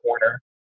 corner